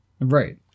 Right